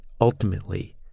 Ultimately